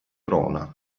prona